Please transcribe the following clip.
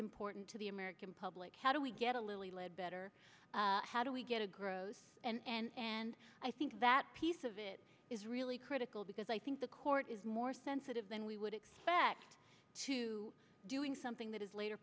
important to the american public how do we get a little lead better how do we get a growth and and i think that piece of it is really critical because i think the court is more sensitive than we would back to doing something that is later